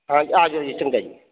ਹਾਂਜੀ ਆ ਜਾਇਓ ਜੀ ਚੰਗਾ ਜੀ